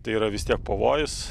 tai yra vis tiek pavojus